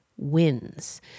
wins